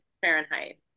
Fahrenheit